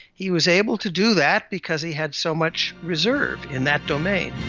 he was able to do that because he had so much reserve in that domain.